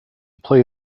play